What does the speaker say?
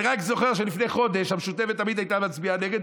אני רק זוכר שלפני חודש המשותפת תמיד הייתה מצביעה נגד,